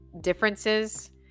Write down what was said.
differences